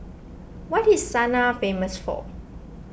what is Sanaa famous for